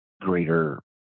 greater